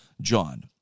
John